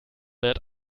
wird